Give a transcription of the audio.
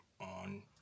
on